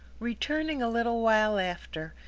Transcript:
returning a little while after,